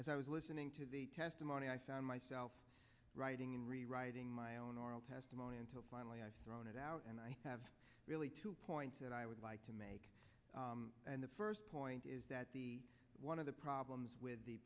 as i was listening to the testimony i found myself writing and rewriting my own oral testimony until finally i thrown it out and i have really two points that i would like to make and the first point is that the one of the problems with the